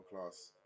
class